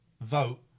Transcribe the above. vote